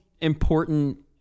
important